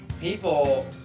people